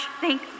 thank